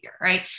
right